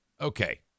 Okay